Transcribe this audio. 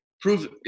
prove